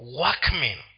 workmen